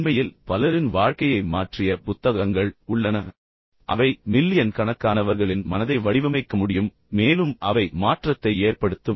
உண்மையில் பலரின் வாழ்க்கையை மாற்றிய புத்தகங்கள் உள்ளன அவை மில்லியன் கணக்கானவர்களின் மனதை வடிவமைக்க முடியும் மேலும் அவை மாற்றத்தை ஏற்படுத்தும்